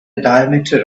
diameter